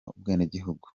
ubwenegihugu